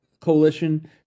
coalition